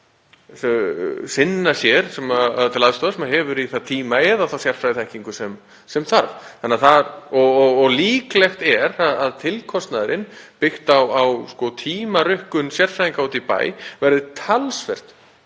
að sinna sér, sér til aðstoðar, sem hefur í það tíma eða þá sérfræðiþekkingu sem þarf. Og líklegt er að tilkostnaðurinn, byggður á tímarukkun sérfræðinga úti í bæ, verði talsvert